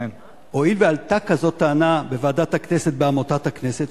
הואיל ועלתה כזאת טענה בוועדת עמותת הכנסת,